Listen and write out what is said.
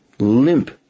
Limp